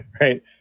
right